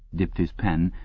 dipped his pen,